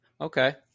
Okay